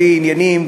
בלי עניינים,